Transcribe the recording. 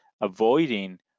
avoiding